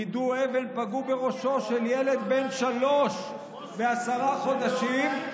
יידו אבן ופגעו בראשו של ילד בן שלוש ועשרה חודשים,